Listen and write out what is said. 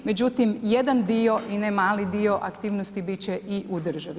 Međutim, jedan dio i ne mali dio aktivnosti bit će i u državi.